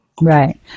Right